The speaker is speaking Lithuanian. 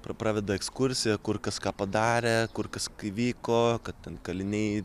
praveda ekskursija kur kas ką padarė kur kas įvyko kad ten kaliniai